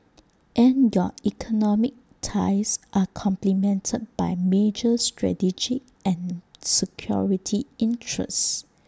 and your economic ties are complemented by major strategic and security interests